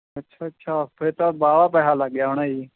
ਅੱਛਾ ਅੱਛਾ ਫਿਰ ਤਾਂ ਬਾਹਲਾ ਪੈਸਾ ਲੱਗ ਗਿਆ ਹੋਣਾ ਜੀ